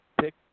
pick